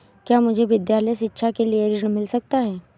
क्या मुझे विद्यालय शिक्षा के लिए ऋण मिल सकता है?